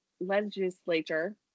legislature